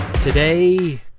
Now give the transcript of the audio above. Today